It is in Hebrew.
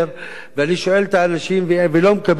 ואני שואל את האנשים, ולא מקבל תשובה,